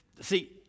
See